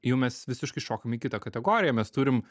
jau mes visiškai šokam į kitą kategoriją mes turim